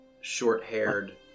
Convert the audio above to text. short-haired